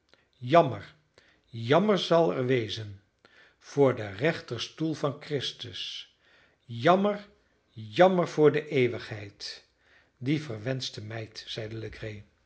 jammer jammer zal er wezen voor den rechterstoel van christus jammer jammer voor d'eeuwigheid die verwenschte meid